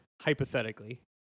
hypothetically